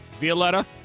Violetta